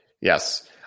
Yes